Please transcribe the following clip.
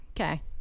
Okay